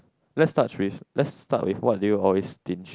let's start with let's start with what do you always stinge